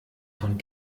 von